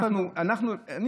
לא, בסדר.